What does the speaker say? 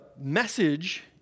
message